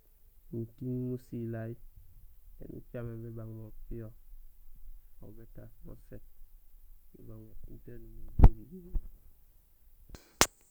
Mutin musilay éni ucaméén bébang mo piyo, aw bétaas mo sét nubang tiin taan imiré ta jébijébi.